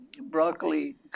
broccoli